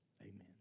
Amen